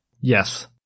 Yes